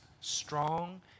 strong